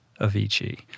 Avicii